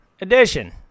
edition